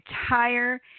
entire